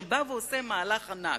שבא ועושה מהלך ענק,